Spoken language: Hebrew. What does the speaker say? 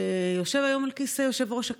שיושב היום על כיסא יושב-ראש הכנסת?